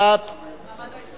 (זכויות בעת פירוד),